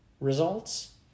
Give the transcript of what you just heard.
results